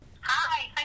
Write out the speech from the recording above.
Hi